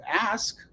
ask